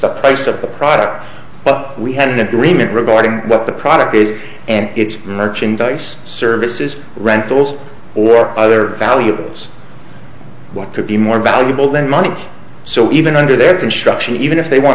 the price of the product but we have an agreement regarding what the product is and it's nurturing dyce services rentals or other valuables what could be more valuable than money so even under their construction even if they want